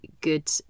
good